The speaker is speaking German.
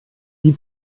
die